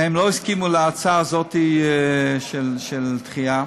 הם לא הסכימו להצעה הזאת של הדחייה.